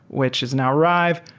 which is now rive,